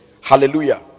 Hallelujah